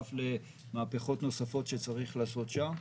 נוסף למהפכות נוספות שצריך לעשות שם.